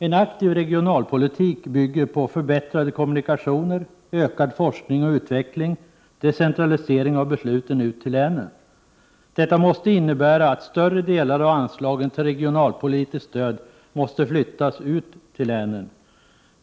En aktiv regionalpolitik bygger på förbättrade kommunikationer, ökad forskning och utveckling och decentralisering av besluten ut till länen. Detta måste innebära att större delar av anslagen till regionalpolitiskt stöd måste flyttas ut till länen.